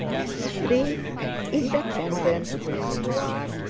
as free and independent as you are.